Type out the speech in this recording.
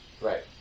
Right